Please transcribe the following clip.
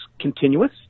continuous